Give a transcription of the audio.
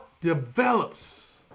develops